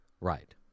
Right